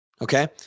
Okay